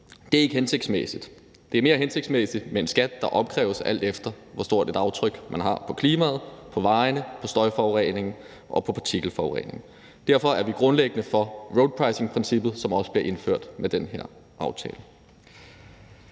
Det er ikke hensigtsmæssigt. Det er mere hensigtsmæssigt med en skat, der opkræves, alt efter hvor stort et aftryk man sætter på klimaet, på vejene, på støjforureningen og på partikelforureningen. Derfor er vi grundlæggende for roadpricingprincippet, som også bliver indført med den her aftale.